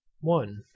one